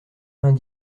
vingt